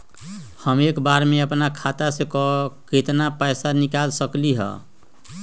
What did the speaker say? हम एक बार में अपना खाता से केतना पैसा निकाल सकली ह?